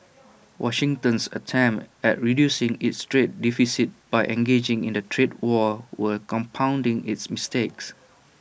Washington's attempts at reducing its trade deficit by engaging in A trade war were compounding its mistakes